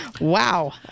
Wow